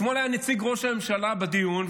אתמול היה נציג ראש הממשלה בדיון,